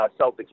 Celtics